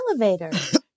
elevator